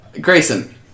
Grayson